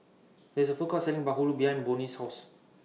There IS A Food Court Selling Bahulu behind Bonny's House